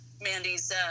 Mandy's